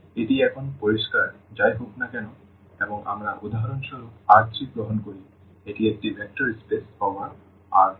এটি এখন পরিষ্কার যাই হোক না কেন এবং আমরা উদাহরণস্বরূপ R3গ্রহণ করি এটি একটি ভেক্টর স্পেস ওভার R ও